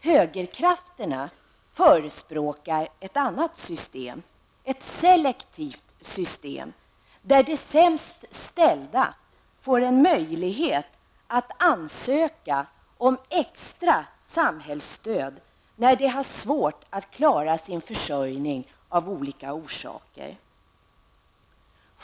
Högerkrafterna förespråkar ett annat system, ett selektivt system, där de sämst ställda får en möjlighet att ansöka om extra samhällsstöd när de har svårt att klara sin försörjning av olika orsaker.